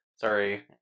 Sorry